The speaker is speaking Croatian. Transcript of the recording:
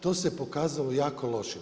To se pokazalo jako loše.